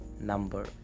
number